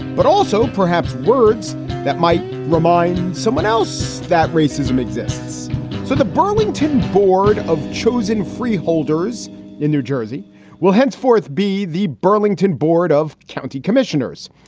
but also perhaps words that might remind someone else that racism exists so the burlington board of chosun freeholders in new jersey will henceforth be the burlington board of county commissioners.